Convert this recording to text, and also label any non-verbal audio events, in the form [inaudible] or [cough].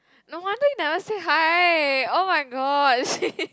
no wonder you never say hi oh-my-gosh [laughs]